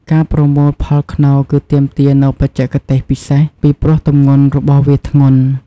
ការប្រមូលផលខ្នុរគឺទាមទារនូវបច្ចេកទេសពិសេស ពីព្រោះទម្ងន់របស់វាធ្ងន់។